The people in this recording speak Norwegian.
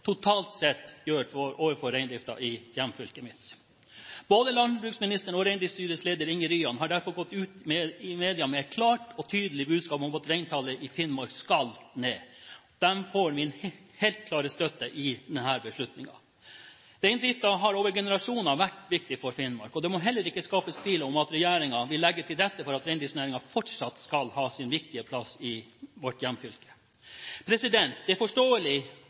i hjemfylket mitt. Både landbruksministeren og Reindriftsstyrets leder, Inge Ryan, har derfor gått ut i media med et klart og tydelig budskap om at reintallet i Finnmark skal ned. De får min helt klare støtte i denne beslutningen. Reindriften har over generasjoner vært viktig for Finnmark, og det må heller ikke skapes tvil om at regjeringen vil legge til rette for at reindriftsnæringen fortsatt skal ha sin viktige plass i vårt hjemfylke. Det er forståelig